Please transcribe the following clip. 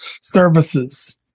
services